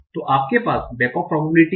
तो आपके पास back off probability है